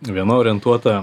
viena orientuota